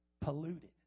polluted